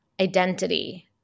identity